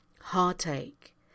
heartache